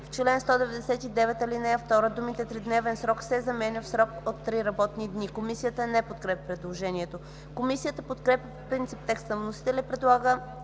„В чл. 199 ал. 2 думите „3-дневен срок” се изменя на „срок от 3 работни дни”.” Комисията не подкрепя предложението. Комисията подкрепя по принцип текста на вносителя и предлага